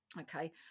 okay